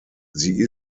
sie